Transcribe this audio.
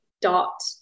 dot